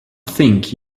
think